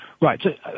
Right